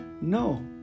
No